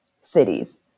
cities